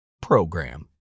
PROGRAM